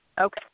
Okay